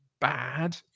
bad